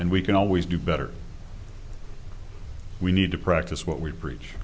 and we can always do better we need to practice what we preach